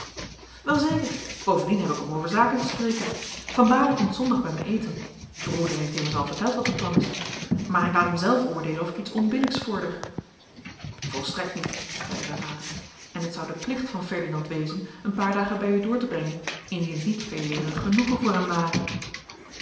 wel zeker bovendien heb ik hem over zaken te spreken van balen komt zondag bij mij eten broeder heeft immers al verteld wat het plan is maar ik laat hem zelf oordeelen of ik iets onbillijks vorder volstrekt niet zeide mijn vader en het zou de plicht van ferdinand wezen een paar dagen bij u door te brengen indien het niet veeleer een genoegen voor hem ware